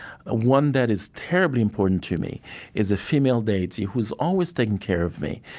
ah one that is terribly important to me is a female deity who's always taking care of me.